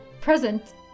present